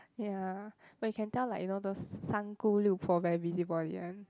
ya but you can tell like you know those 三姑六婆 very busybody one